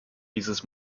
dieses